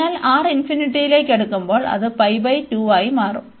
അതിനാൽ R ലേക്ക് അടുക്കുമ്പോൾ അത് ആയി മാറും